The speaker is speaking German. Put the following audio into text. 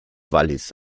wallis